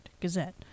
Gazette